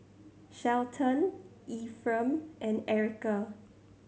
Shelton Efrem and Erika